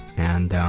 and